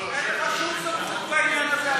ואין לך שום סמכות בעניין הזה,